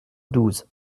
douze